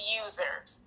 users